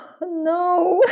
No